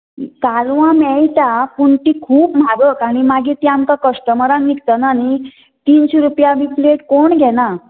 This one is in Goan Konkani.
कालवां मेळटा पूण ती खूब म्हारग आनी मगीर तीं आमका कस्टमरांक विकतना न्हय तीनशीं रूपया बी प्लेट कोण घेना